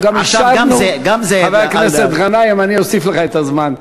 חבר הכנסת גנאים, אני אוסיף לך את הזמן.